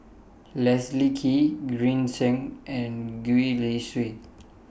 Leslie Kee Green Zeng and Gwee Li Sui